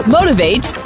Motivate